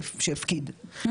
יש לזה הרבה מאוד בעיות,